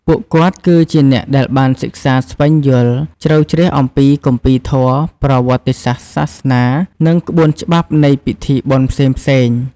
ពួកគាត់គឺជាអ្នកដែលបានសិក្សាស្វែងយល់ជ្រៅជ្រះអំពីគម្ពីរធម៌ ប្រវត្តិសាស្ត្រសាសនា និងក្បួនច្បាប់នៃពិធីបុណ្យផ្សេងៗ។